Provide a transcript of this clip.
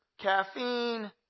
caffeine